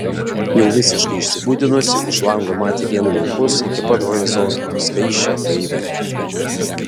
jau visiškai išsibudinusi už lango matė vien laukus iki pat horizonto skaisčią gaivią erdvę